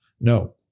No